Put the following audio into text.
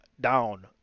down